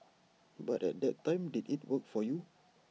but at that time did IT work for you